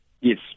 Yes